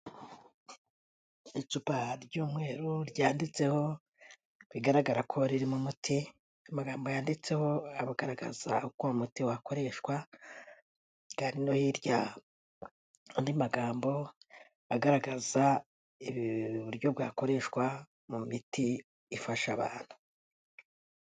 Icupa ry'umweru ryanditseho, bigaragara ko ririmo umuti, amagambo yanditseho aragaragaza uko uwo umuti wakoreshwa, kandi no hirya hari andi magambo agaragaza uburyo bwakoreshwa mu miti ifasha abantu.